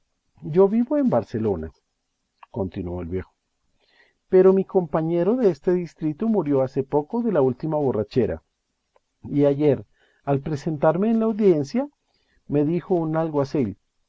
yo vivo en barcelona continuó el viejo pero mi compañero de este distrito murió hace poco de la última borrachera y ayer al presentarme en la audiencia me dijo un